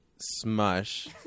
smush